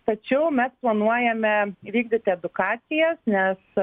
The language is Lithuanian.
tačiau mes planuojame vykdyti edukacijas nes